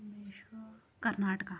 بیٚیہِ چھُ کرناٹکہ